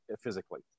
physically